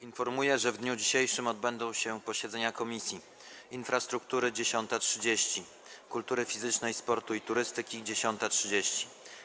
Informuję, że w dniu dzisiejszym odbędą się posiedzenia Komisji: - Infrastruktury - godz. 10.30, - Kultury Fizycznej, Sportu i Turystyki - godz. 10.30,